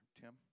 Tim